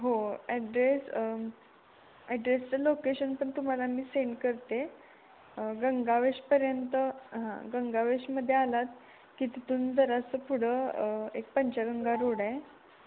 हो ॲड्रेस ॲड्रेसचं लोकेशन पण तुम्हाला मी सेंड करते गंगावेशपर्यंत गंगावेशमध्ये आलात की तिथून जरासं पुढं एक पंचगंगा रोड आहे